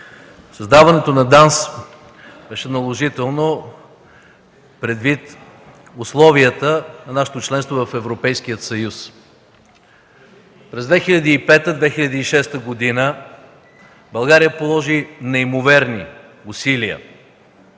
Създаването на ДАНС беше наложително, предвид условията на нашето членство в Европейския съюз. През 2005-2006 г. България положи неимоверни усилия